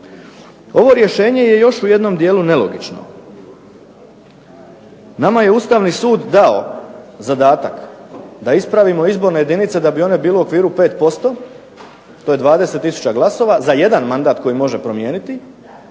Ovo rješenje je još u jednom dijelu nelogično. Nama je Ustavni sud dao zadatak da ispravimo izborne jedinice da bi one bile u okviru 5%, to je 20 tisuća glasova za jedan mandat koji može promijeniti,